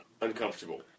uncomfortable